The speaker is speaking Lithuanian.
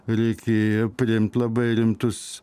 reikėjo priimt labai rimtus